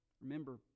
Remember